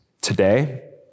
today